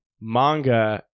manga